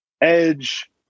Edge